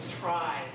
try